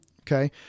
Okay